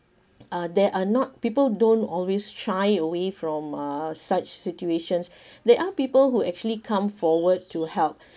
uh there are not people don't always shy away from uh such situations there are people who actually come forward to help